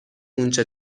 اونچه